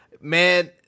Man